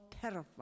terrified